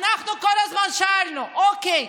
אנחנו כל הזמן שאלנו: אוקיי,